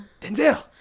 Denzel